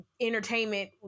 entertainment